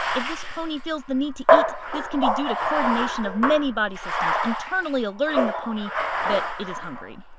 if this pony feels the need to eat, this can be due to coordination of many body systems internally alerting the pony that it is hungry.